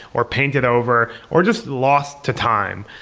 or painted over, or just lost to time.